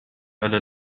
على